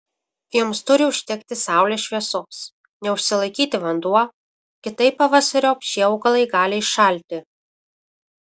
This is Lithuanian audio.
joms turi užtekti saulės šviesos neužsilaikyti vanduo kitaip pavasariop šie augalai gali iššalti